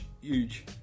huge